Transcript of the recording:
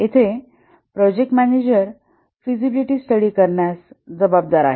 येथे project manager feasibility study करण्यास जबाबदार आहेत